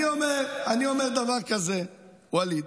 אני אומר דבר כזה, ואליד: